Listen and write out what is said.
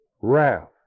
wrath